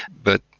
but,